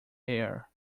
air